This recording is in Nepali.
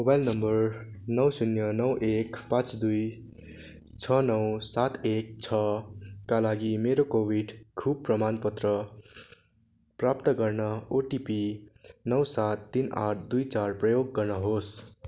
मोबाइल नम्बर नौ शून्य नौ एक पाँच दुई छ नौ सात एक छ का लागि मेरो कोभिड खूप प्रमाणपत्र प्राप्त गर्न ओटिपी नौ सात तिन आँठ दुई चार प्रयोग गर्नहोस्